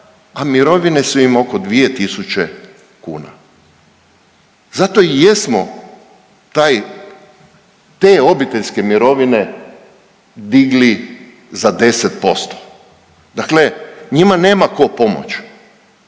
a mirovine su im oko 2000 kuna. Zato i jesmo te obiteljske mirovine digli za 10%. Dakle, njima nema tko pomoći.